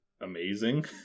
amazing